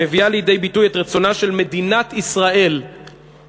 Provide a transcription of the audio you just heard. מביאה לידי ביטוי את רצונה של מדינת ישראל בפתרון